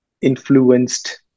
influenced